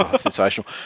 sensational